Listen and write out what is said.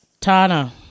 Tana